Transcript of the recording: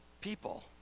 People